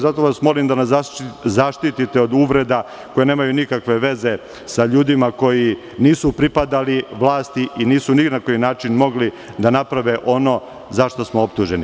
Zato vas molim da me zaštitite od uvreda koje nemaju nikakve veze sa ljudima koji nisu pripadali vlasti i nisu ni na koji način mogli da naprave ono za šta smo optuženi.